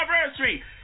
anniversary